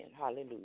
hallelujah